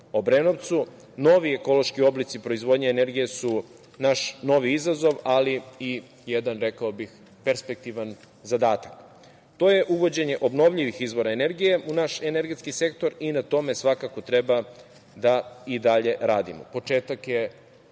Obrenovcu. Novi ekološki oblici proizvodnje energije su naš novi izazov, ali i jedan, rekao bih, perspektivan zadatak. To je uvođenje obnovljivih izvora energije u naš energetski sektor i na tome svakako treba da i dalje radimo. Početak je